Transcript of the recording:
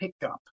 pickup